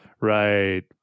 right